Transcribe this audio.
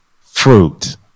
Fruit